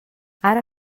ara